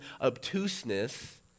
obtuseness